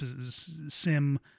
sim